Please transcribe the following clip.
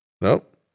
Nope